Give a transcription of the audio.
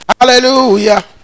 Hallelujah